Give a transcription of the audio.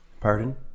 Pardon